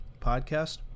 podcast